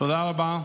תודה רבה.